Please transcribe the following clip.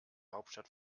hauptstadt